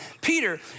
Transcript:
Peter